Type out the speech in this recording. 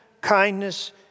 kindness